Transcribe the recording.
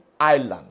island